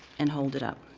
and hold it up.